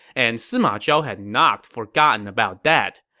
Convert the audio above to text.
and sima zhao had not forgotten about that.